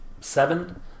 Seven